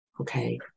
Okay